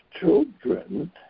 children